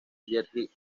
jerry